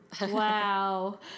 Wow